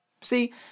See